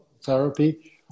therapy